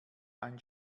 ein